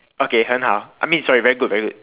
okay 很好 I mean sorry very good very good